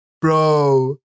bro